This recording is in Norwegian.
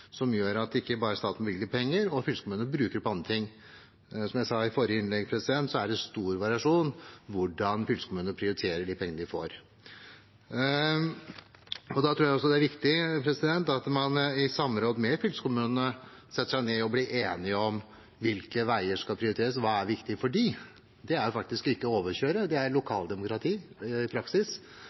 som gjør at staten ikke bare bevilger penger og fylkeskommunene bruker pengene på andre ting. Som jeg sa i mitt forrige innlegg, er det stor variasjon i hvordan fylkeskommunene prioriterer de pengene de får. Jeg tror at det er viktig at man i samråd med fylkeskommunene blir enige om hvilke veier som skal prioriteres, og hva som er viktig for dem. Det er faktisk ikke å overkjøre. Det er lokaldemokrati i praksis,